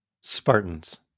Spartans